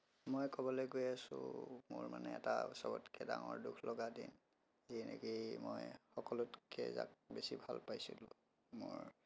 মই ক'বলৈ গৈ আছোঁ মোৰ মানে এটা চবতকে ডাঙৰ দুখ লগা দিন যি নেকি মই সকলোতকে যাক বেছি ভাল পাইছিলোঁ মোৰ